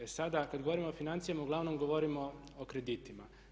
E sada kad govorimo o financijama uglavnom govorimo o kreditima.